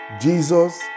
Jesus